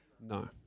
No